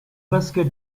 basket